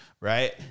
right